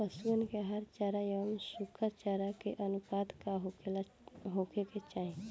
पशुअन के हरा चरा एंव सुखा चारा के अनुपात का होखे के चाही?